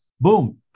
Boom